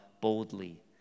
boldly